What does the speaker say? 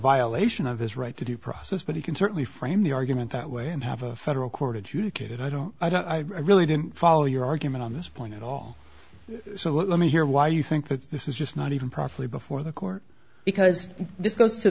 violation of his right to due process but he can certainly frame the argument that way and have a federal court adjudicated i don't i don't i really didn't follow your argument on this point at all so let me hear why you think that this is just not even properly before the court because this goes to